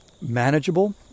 manageable